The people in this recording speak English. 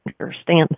understand